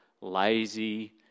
lazy